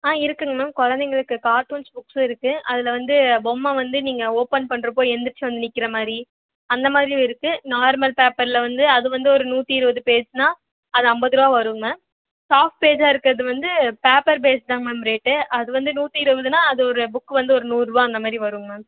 ஆ இருக்குங்க மேம் குழந்தைங்களுக்கு cartoons books இருக்குது அதில் வந்து பொம்மை வந்து நீங்கள் ஓபன் பண்றப்போது எழுந்திரிச்சி வந்து நிற்கிற மாதிரி அந்தமாதிரியும் இருக்குது நார்மல் பேப்பரில் வந்து அது வந்து ஒரு நூற்றி இருபது பேஜ்னால் அது ஐம்பதுரூபா வரும் மேம் சாஃப்ட் பேஜாக இருக்கிறது வந்து பேப்பர் பேஸ் தான் மேம் ரேட்டு அது வந்து நூற்றி இருபதுனா அது ஒரு புக் வந்து ஒரு நூறுரூவா அந்த மாரி வருங்க மேம்